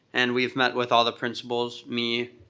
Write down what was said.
and we have met with all the principals. me,